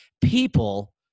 people